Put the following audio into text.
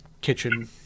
kitchen